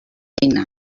feina